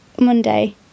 Monday